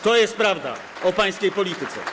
To jest prawda o pańskiej polityce.